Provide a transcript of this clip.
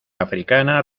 africana